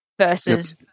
versus